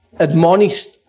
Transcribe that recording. Admonished